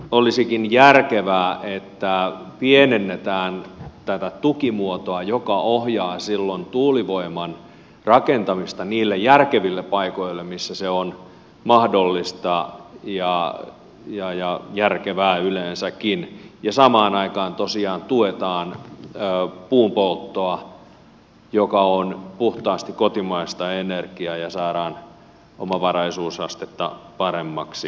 olisikin järkevää että pienennetään tätä tukimuotoa joka ohjaa silloin tuulivoiman rakentamista niille järkeville paikoille missä se on mahdollista ja järkevää yleensäkin ja samaan aikaan tosiaan tuetaan puunpolttoa joka on puhtaasti kotimaista energiaa ja saadaan omavaraisuusastetta paremmaksi